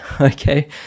Okay